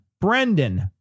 Brendan